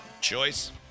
choice